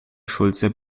schulze